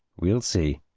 we'll see.